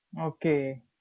Okay